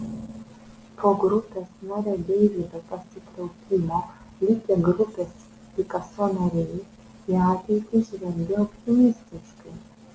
po grupės nario deivido pasitraukimo likę grupės pikaso nariai į ateitį žvelgia optimistiškai